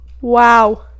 Wow